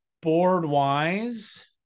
board-wise